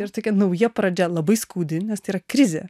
ir tai kad nauja pradžia labai skaudi nes tai yra krizė